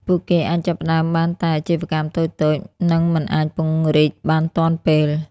ពួកគេអាចចាប់ផ្តើមបានតែអាជីវកម្មតូចៗ និងមិនអាចពង្រីកបានទាន់ពេល។